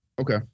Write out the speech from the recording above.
Okay